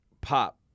Pop